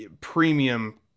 premium